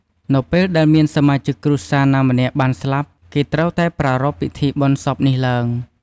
នៅពេលដែលមានសមាជិកគ្រួសារណាម្នាក់បានស្លាប់ គេត្រូវតែប្រារព្ធពិធីបុណ្យសពនេះឡើង។